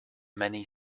many